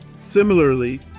Similarly